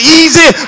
easy